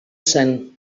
zen